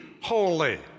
holy